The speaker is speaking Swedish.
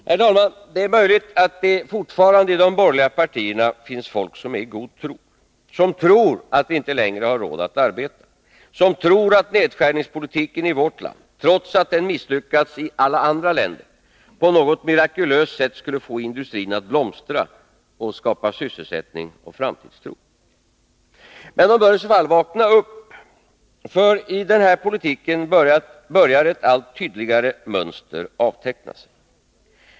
Herr talman! Det är möjligt att det fortfarande i de borgerliga partierna finns folk som är i god tro, som tror att vi inte längre har råd att arbeta, som tror att nedskärningspolitiken i vårt land, trots att den misslyckats i alla andra länder, på något mirakulöst sätt skulle få industrin att blomstra och skapa sysselsättning och framtidstro. Men de bör i så fall vakna upp. För i den här politiken börjar ett allt tydligare mönster avteckna sig.